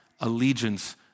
allegiance